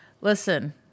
listen